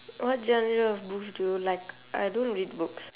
what genre of books do you like I don't read books